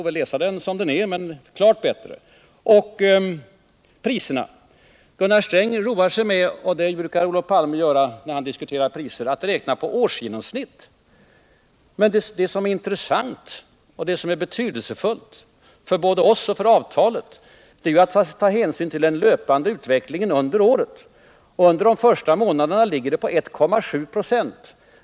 Vad beträffar priserna roar sig Gunnar Sträng med — och det brukar också Olof Palme göra när han diskuterar priser — att räkna på årsgenomsnitt. Men det som är intressant och betydelsefullt både för oss och för avtalet är ju att ta hänsyn till den löpande utvecklingen under året, och under de första månaderna i år ligger prisuppgången på 1,7 "a.